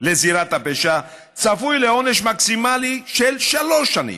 לזירת הפשע, צפוי לעונש מקסימלי של שלוש שנים.